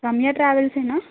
Ramya ట్రావెల్సేనా